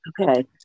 Okay